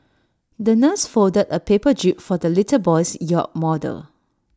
the nurse folded A paper jib for the little boy's yacht model